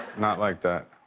not like that.